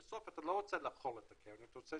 בסוף אתה לא רוצה לאכול את הקרן, אתה רוצה